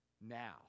now